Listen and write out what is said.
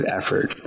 effort